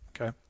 okay